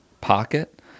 pocket